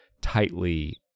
tightly